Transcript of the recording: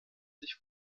sich